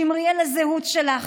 שמרי על הזהות שלך,